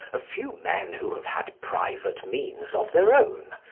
a few men who have had private means of their own,